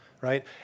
right